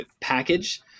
package